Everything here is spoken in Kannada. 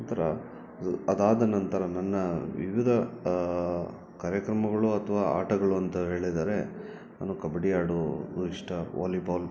ನಂತರ ಅದು ಅದಾದ ನಂತರ ನನ್ನ ವಿವಿದ ಕಾರ್ಯಕ್ರಮಗಳು ಅಥ್ವಾ ಆಟಗಳು ಅಂತ ಹೇಳಿದರೆ ನಾನು ಕಬಡ್ಡಿ ಆಡೋದು ಇಷ್ಟ ವಾಲಿಬಾಲ್